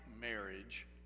marriage